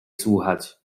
słuchać